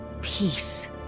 peace